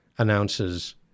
announces